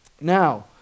now